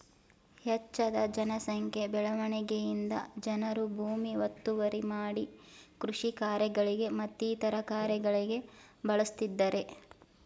ಹೆಚ್ಜದ ಜನ ಸಂಖ್ಯೆ ಬೆಳವಣಿಗೆಯಿಂದ ಜನರು ಭೂಮಿ ಒತ್ತುವರಿ ಮಾಡಿ ಕೃಷಿ ಕಾರ್ಯಗಳಿಗೆ ಮತ್ತಿತರ ಕಾರ್ಯಗಳಿಗೆ ಬಳಸ್ತಿದ್ದರೆ